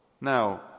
Now